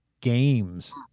Games